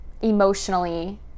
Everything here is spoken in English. emotionally